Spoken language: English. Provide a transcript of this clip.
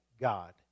God